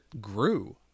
grew